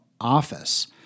office